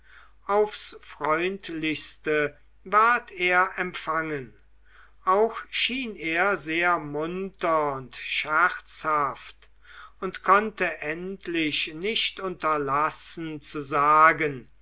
aufs freundlichste ward er empfangen auch schien er sehr munter und scherzhaft und konnte endlich nicht unterlassen zu sagen